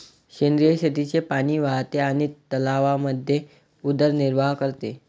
सेंद्रिय शेतीचे पाणी वाहते आणि तलावांमध्ये उदरनिर्वाह करते